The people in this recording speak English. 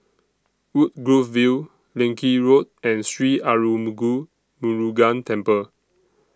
Woodgrove View Leng Kee Road and Sri Arulmigu Murugan Temple